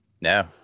No